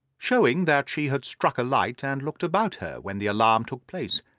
showing that she had struck a light and looked about her when the alarm took place.